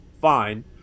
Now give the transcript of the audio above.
fine